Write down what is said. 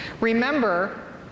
Remember